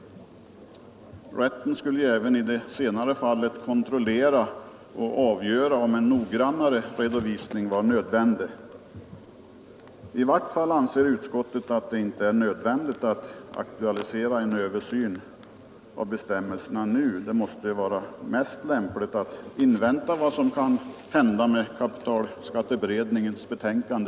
Rätten skulle ju även i det senare fallet kontrollera och avgöra Onsdagen den om en noggrannare redovisning vore nödvändig. 6 december 1972 I varje fall anser utskottet att det inte är nödvändigt att aktualisera en översyn av bestämmelserna nu. Det måste vara mest lämpligt att invänta vad som följer av kapitalskatteberedningens betänkande.